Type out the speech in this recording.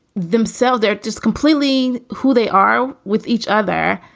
themselves, they're just completely who they are with each other.